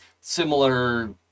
similar